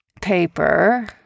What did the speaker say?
paper